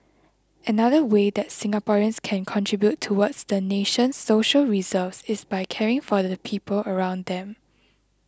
another way that Singaporeans can contribute towards the nation's social reserves is by caring for the people around them